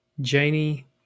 Janie